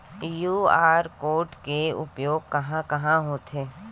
QR code के उपयोग कहां कहां होथे?